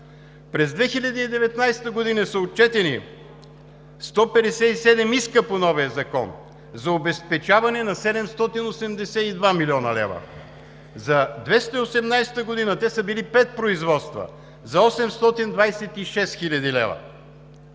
През 2019 г. са отчетени 157 иска по новия закон за обезпечаване на 782 млн. лв. За 2018 г. те са били пет производства за 826 хил. лв.